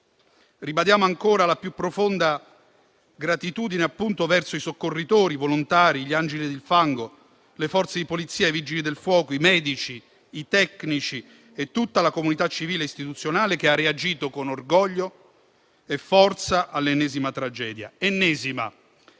Ribadiamo ancora la più profonda gratitudine verso i soccorritori, i volontari, gli angeli del fango, le Forze di polizia, i Vigili del fuoco, i medici, i tecnici e tutta la comunità civile e istituzionale che ha reagito con orgoglio e forza all'ennesima tragedia.